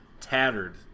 tattered